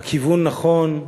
הכיוון נכון,